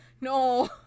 No